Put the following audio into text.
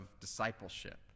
discipleship